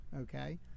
Okay